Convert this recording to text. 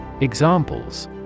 Examples